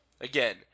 again